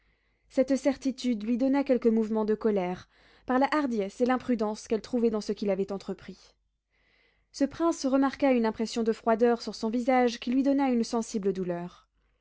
cette certitude lui donna quelque mouvement de colère par la hardiesse et l'imprudence qu'elle trouvait dans ce qu'il avait entrepris ce prince remarqua une impression de froideur sur son visage qui lui donna une sensible douleur